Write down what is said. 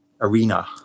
arena